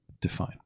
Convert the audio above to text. define